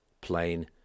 plain